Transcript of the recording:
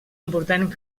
important